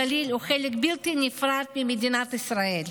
הגליל הוא חלק בלתי נפרד ממדינת ישראל.